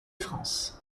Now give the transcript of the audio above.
france